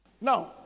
Now